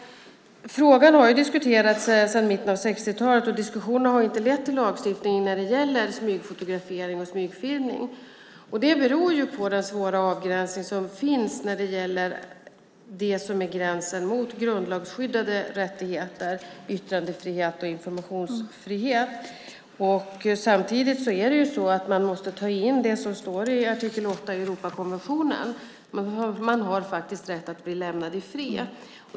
Frågan har diskuterats sedan mitten av 60-talet, men diskussionen har inte lett till lagstiftning när det gäller smygfotografering och smygfilmning. Det beror på svårigheterna med att dra gränsen mot grundlagsskyddade rättigheter - yttrandefrihet och informationsfrihet. Samtidigt måste man ta in det som står i artikel 8 i Europakonventionen: Man har faktiskt rätt att bli lämnad i fred.